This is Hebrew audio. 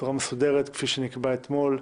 בצורה מסודרת, כפי שנקבע אתמול,